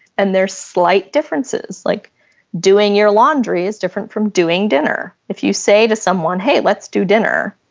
and their slight differences like doing your laundry is different from doing dinner if you say to someone, hey, let's do dinner,